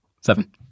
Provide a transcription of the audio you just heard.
seven